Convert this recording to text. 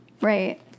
Right